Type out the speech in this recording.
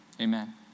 amen